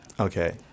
Okay